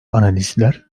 analistler